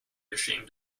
ashamed